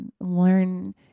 learn